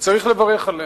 וצריך לברך עליה.